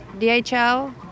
DHL